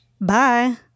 bye